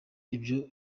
ibyo